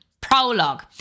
prologue